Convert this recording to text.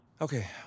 Okay